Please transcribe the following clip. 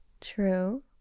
True